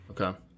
Okay